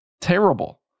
terrible